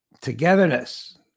togetherness